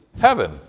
heaven